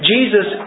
Jesus